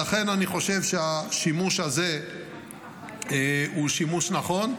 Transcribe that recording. לכן אני חושב שהשימוש הזה הוא נכון,